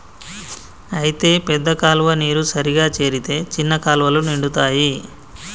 అయితే పెద్ద పెద్ద కాలువ నీరు సరిగా చేరితే చిన్న కాలువలు నిండుతాయి